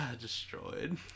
destroyed